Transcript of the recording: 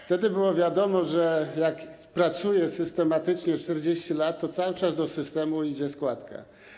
Wtedy było wiadomo, że jak pracuje się systematycznie 40 lat, to cały czas do systemu idzie składka.